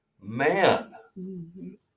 man